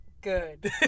Good